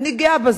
אני גאה בזה.